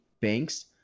banks